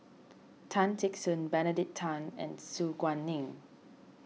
Tan Teck Soon Benedict Tan and Su Guaning